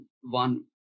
one